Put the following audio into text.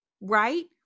Right